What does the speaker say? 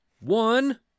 one